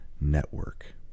network